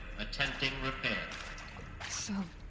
attempting repair so.